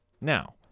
Now